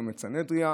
צומת סנהדריה,